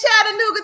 Chattanooga